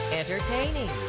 entertaining